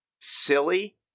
silly